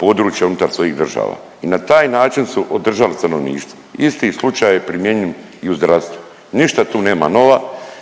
područja unutar svojih država i na taj način su održali stanovništvo. Isti slučaj je primjenjiv i u zdravstvu. Ništa tu nema nova,